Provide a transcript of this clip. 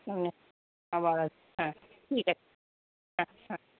হুম আবার হ্যাঁ ঠিক আছে হ্যাঁ হ্যাঁ